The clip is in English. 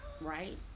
right